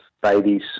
babies